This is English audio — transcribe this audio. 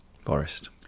Forest